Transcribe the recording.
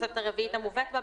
בתוספת הרביעית המובאת בה,